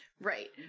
Right